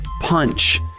punch